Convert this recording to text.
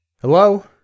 Hello